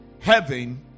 heaven